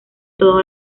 todo